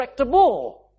correctable